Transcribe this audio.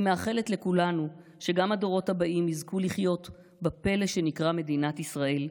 אני מאחלת לכולנו שגם הדורות הבאים יזכו לחיות בפלא שנקרא מדינת ישראל,